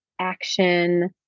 action